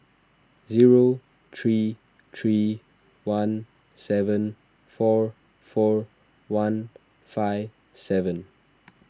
zero three three one seven four four one five seven